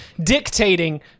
dictating